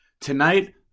tonight